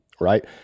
right